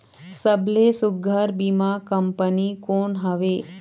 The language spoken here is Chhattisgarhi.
सबले सुघ्घर बीमा कंपनी कोन हवे?